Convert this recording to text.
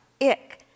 ick